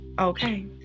okay